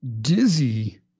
dizzy